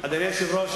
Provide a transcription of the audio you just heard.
אדוני היושב-ראש,